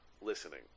listening